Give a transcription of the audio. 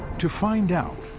to find out,